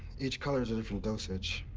each color is a different dosage.